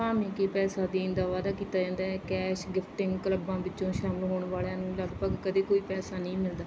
ਭਾਵੇਂ ਕਿ ਪੈਸੇ ਦੇਣ ਦਾ ਵਾਅਦਾ ਕੀਤਾ ਜਾਂਦਾ ਹੈ ਕੈਸ਼ ਗਿਫ਼ਟਿੰਗ ਕਲੱਬਾਂ ਵਿੱਚੋਂ ਸ਼ਾਮਲ ਹੋਣ ਵਾਲਿਆਂ ਨੂੰ ਲਗਭਗ ਕਦੇ ਕੋਈ ਪੈਸਾ ਨਹੀਂ ਮਿਲਦਾ